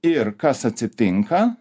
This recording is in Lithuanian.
ir kas atsitinka